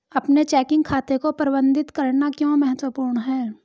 अपने चेकिंग खाते को प्रबंधित करना क्यों महत्वपूर्ण है?